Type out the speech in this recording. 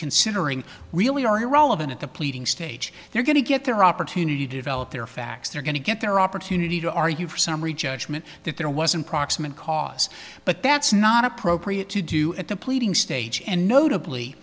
considering really are irrelevant at the pleading stage they're going to get their opportunity to develop their facts they're going to get their opportunity to argue for summary judgment that there wasn't proximate cause but that's not appropriate to do at the pleading stage and notably